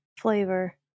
flavor